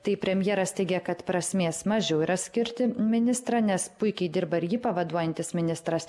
tai premjeras teigė kad prasmės mažiau yra skirti ministrą nes puikiai dirba ir jį pavaduojantis ministras